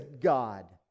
God